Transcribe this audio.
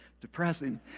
depressing